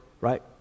right